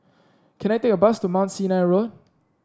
can I take a bus to Mount Sinai Road